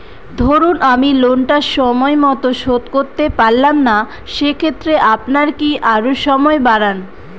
ধরুন আমি লোনটা সময় মত শোধ করতে পারলাম না সেক্ষেত্রে আপনার কি আরো সময় বাড়ান?